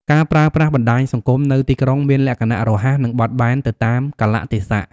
ការប្រើប្រាស់បណ្ដាញសង្គមនៅទីក្រុងមានលក្ខណៈរហ័ស និងបត់បែនទៅតាមកាលៈទេសៈ។